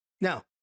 Now